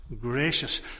gracious